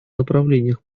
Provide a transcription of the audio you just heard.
направлениях